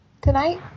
tonight